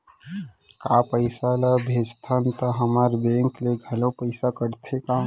का पइसा ला भेजथन त हमर बैंक ले घलो पइसा कटथे का?